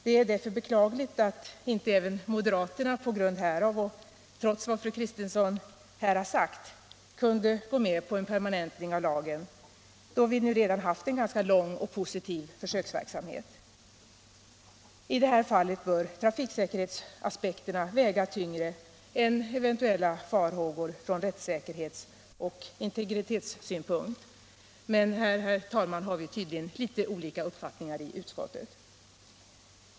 Det är därför beklagligt att inte även moderaterna, trots vad fru Kristensson här har sagt, kunde gå med på en permanentning av lagen, då vi nu redan haft en ganska lång och positiv försöksverksamhet. I det här fallet bör trafiksäkerhetsaspekterna väga tyngre än eventuella farhågor från rättssäkerhets och integritetssynpunkt. Men här, herr talman, har vi tydligen litet olika uppfattningar i utskottet.